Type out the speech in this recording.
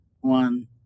one